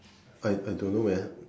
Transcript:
five I don't know man